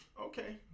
Okay